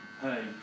hey